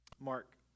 Mark